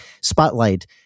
spotlight